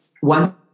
one